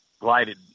glided